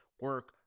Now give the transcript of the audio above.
Work